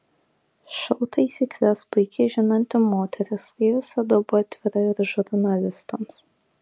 šou taisykles puikiai žinanti moteris kaip visada buvo atvira ir žurnalistams